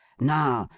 now,